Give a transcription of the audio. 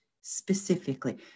specifically